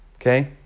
Okay